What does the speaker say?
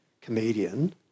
comedian